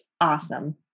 awesome